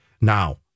Now